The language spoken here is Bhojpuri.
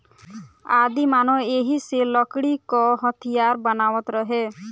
आदिमानव एही से लकड़ी क हथीयार बनावत रहे